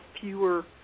fewer